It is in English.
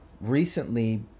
recently